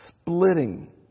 splitting